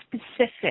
specific